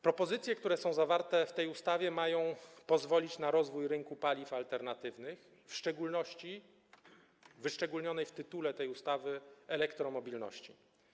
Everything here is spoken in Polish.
Propozycje, które są zawarte w tej ustawie, mają pozwolić na rozwój rynku paliw alternatywnych, w szczególności wyszczególnionej w tytule tej ustawy elektromobilności.